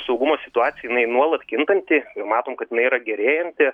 saugumo situacija jinai nuolat kintanti matom kad jinai yra gerėjanti